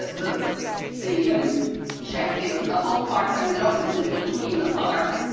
the the sheffield the whole park vendome is in between the park.